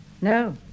no